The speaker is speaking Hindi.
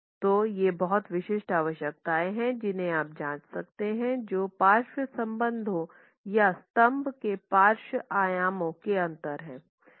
तो ये बहुत विशिष्ट आवश्यकताएं हैं जिन्हें आप जांच सकते हैं जो पार्श्व संबंधों या स्तंभ के पार्श्व आयाम के अंतर हैं